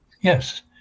Yes